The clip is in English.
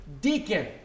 deacon